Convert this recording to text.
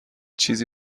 چیزی